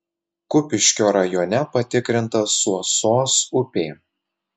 kupiškio rajone patikrinta suosos upė